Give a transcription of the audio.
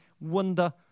wonder